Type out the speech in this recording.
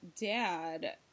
dad